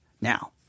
Now